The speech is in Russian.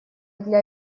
для